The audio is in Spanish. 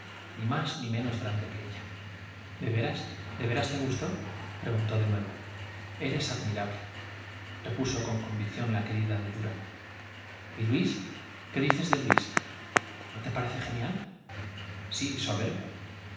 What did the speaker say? ni más ni menos grande que ella de de veras de veras te gusto preguntó nuevo eres admirable con convicción la repuso querida de durán y luis qué dices de luis no te parece genial sí soberbio